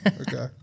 Okay